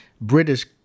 British